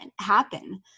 happen